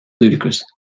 ludicrous